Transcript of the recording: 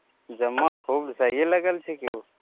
जम्मा खूब सहिए लागल छै कि ओ